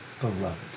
beloved